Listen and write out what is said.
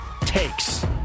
Takes